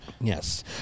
Yes